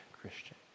Christian